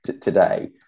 today